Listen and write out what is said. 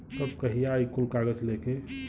तब कहिया आई कुल कागज़ लेके?